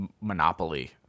monopoly